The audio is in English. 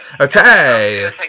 Okay